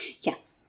Yes